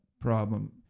problem